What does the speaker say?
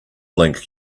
link